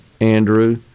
Andrew